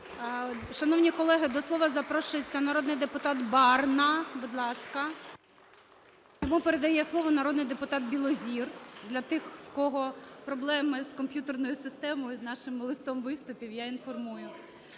Шановні колеги, до слова запрошується народний депутат Барна. Будь ласка. Йому передає слово народний депутат Білозір. Для тих, в кого проблеми з комп'ютерною системою і з нашим листом виступів, я інформую.